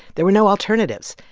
there were no alternatives.